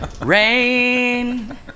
rain